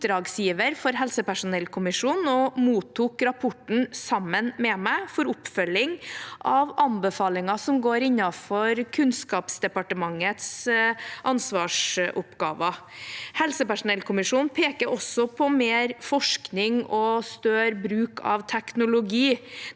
oppdragsgiver for helsepersonellkommisjonen og mottok rapporten sammen med meg for oppfølging av anbefalinger som er innenfor Kunnskapsdepartementets ansvarsoppgaver. Helsepersonellkommisjonen peker også på mer forskning og større bruk av teknologi.